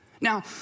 Now